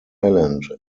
island